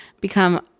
become